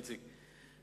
איציק,